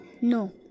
No